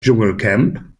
dschungelcamp